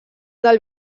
del